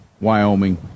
Wyoming